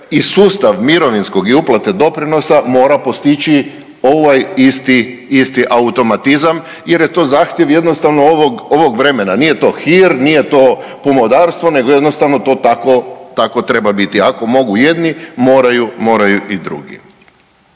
i sustav mirovinskog i uplate doprinosa mora postići ovaj isti, isti automatizam jer je to zahtjev jednostavno ovog vremena. Nije to hir, nije to pomodarstvo, nego jednostavno to tako, tako treba biti. Ako mogu jedni moraju, moraju i drugi.